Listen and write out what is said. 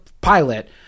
pilot